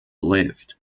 lived